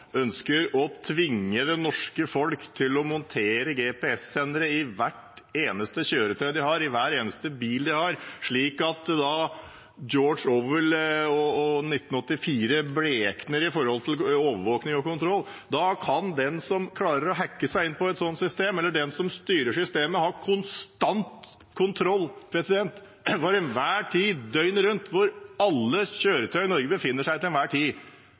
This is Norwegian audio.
hver eneste bil de har. George Orwell og «1984» blekner når det gjelder overvåking og kontroll. Da kan den som klarer å hacke seg inn på et sånt system, eller den som styrer systemet, ha konstant kontroll, til enhver tid, døgnet rundt, over hvor alle kjøretøy i Norge befinner seg til enhver tid.